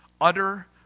Utter